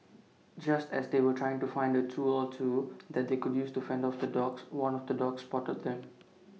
just as they were trying to find A tool or two that they could use to fend off the dogs one of the dogs spotted them